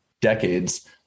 decades